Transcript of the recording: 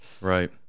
right